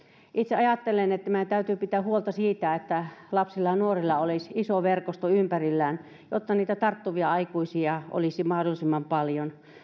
itse ajattelen että meidän täytyy pitää huolta siitä että lapsilla ja nuorilla olisi iso verkosto ympärillään jotta niitä tarttuvia aikuisia olisi mahdollisimman paljon